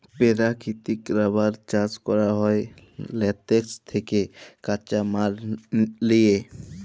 পেরাকিতিক রাবার চাষ ক্যরা হ্যয় ল্যাটেক্স থ্যাকে কাঁচা মাল লিয়ে